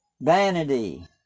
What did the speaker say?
vanity